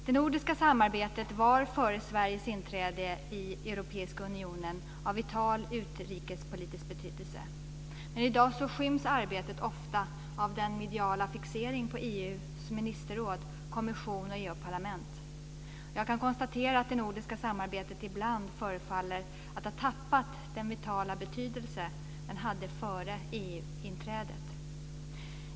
Det nordiska samarbetet var före Sveriges inträde i Europeiska unionen av vital utrikespolitisk betydelse, men i dag skyms arbetet ofta av den mediala fixeringen på EU:s ministerråd, kommission och parlament. Jag kan konstatera att det nordiska samarbetet ibland förefaller ha tappat den vitala betydelse det hade före EU-inträdet.